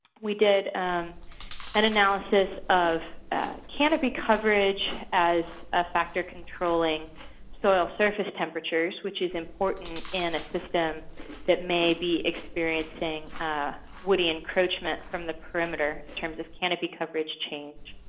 we did an and analysis of canopy coverage as a factor controlling soil surface temperatures, which is important in a system that may be experiencing woody encroachment from the perimeter in terms of canopy coverage change.